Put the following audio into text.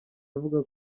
avuga